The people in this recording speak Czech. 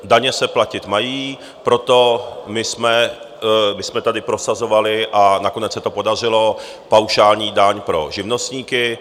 Daně se platit mají, proto my jsme tady prosazovali, a nakonec se to podařilo, paušální daň pro živnostníky.